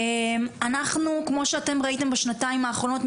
אנחנו כמו שאתם ראיתם בשנתיים האחרונות,